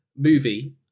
movie